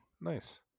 nice